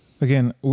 again